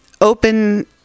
open